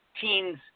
teens